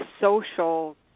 social